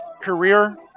career